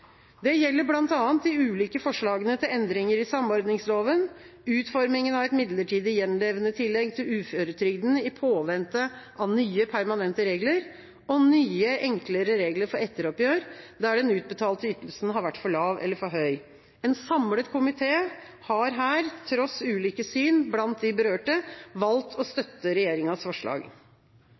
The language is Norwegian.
Det gjelder bl.a. de ulike forslagene til endringer i samordningsloven, utformingen av et midlertidig gjenlevendetillegg til uføretrygden i påvente av nye, permanente regler og nye, enklere regler for etteroppgjør der den utbetalte ytelsen har vært for lav eller for høy. En samlet komité har her – tross ulike syn blant de berørte – valgt å støtte regjeringas forslag.